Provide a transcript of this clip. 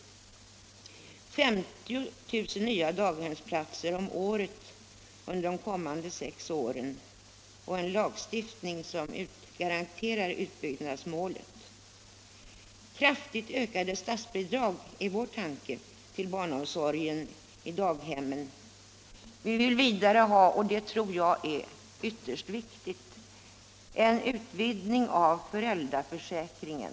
Vi vill vidare få 50 000 nya daghemsplatser om året under de kommande sex åren och en lagstiftning som garanterar utbyggnadsmålet. Kraftigt utökat statsbidrag är vår tanke när det gäller barnomsorgen och daghemmen. Vidare vill vi — och det tror jag är ytterst viktigt — ha en utvidgning av föräldraförsäkringen.